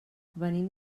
venim